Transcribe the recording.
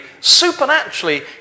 supernaturally